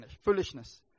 foolishness